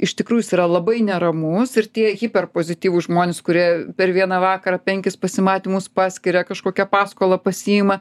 iš tikrųjų jis yra labai neramus ir tie hiperpozityvūs žmonės kurie per vieną vakarą penkis pasimatymus paskiria kažkokią paskolą pasiima